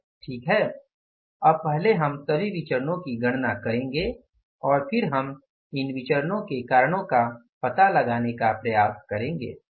ठीक है अब पहले हम सभी विचरणो की गणना करेंगे और फिर हम इन विचरणो के कारणों का पता लगाने का प्रयास करेंगे